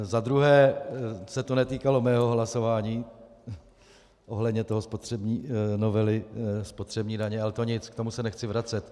Zadruhé se to netýkalo mého hlasování ohledně novely spotřební daně, ale to nic, k tomu se nechci vracet.